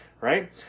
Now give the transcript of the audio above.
Right